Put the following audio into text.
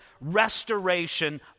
restoration